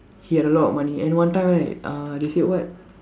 he had a lot of money and one time right uh they said what